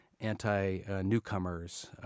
anti-newcomers